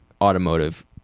automotive